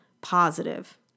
positive